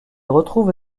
retrouve